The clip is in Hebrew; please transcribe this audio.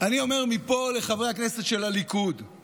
אני אומר מפה לחברי הכנסת של הליכוד: